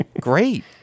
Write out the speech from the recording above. Great